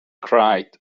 cried